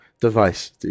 device